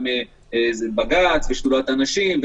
גם בג"ץ ושדולת הנשים,